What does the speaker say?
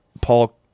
Paul